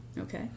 Okay